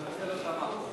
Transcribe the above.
אני אנצל אותן עד תום.